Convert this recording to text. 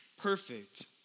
perfect